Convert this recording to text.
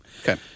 Okay